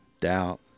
doubt